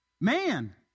Man